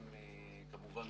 כמובן,